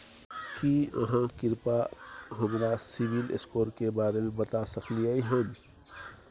की आहाँ कृपया हमरा सिबिल स्कोर के बारे में बता सकलियै हन?